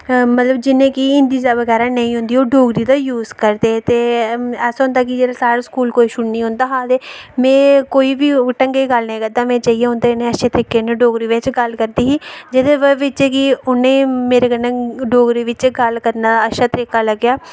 मतलव जिनें गी हिन्दी बगैरा नेईं औंदी ओह् डोगरी बोलदे ऐसा होंदा हा जिसलै साढ़ै स्कूल कोई छोड़नें गी औंदा हा ते कोई बी ढंगे दी गल्ल नी करदा हा ते उंदै कन्नै अच्छे तरीके कन्नै गल्ल करदी ही ते ओह्दे च उनेंगी मेरे कन्नै डोगरी च गल्ल करने दा अच्छा तरीका लग्गेआ